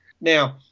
Now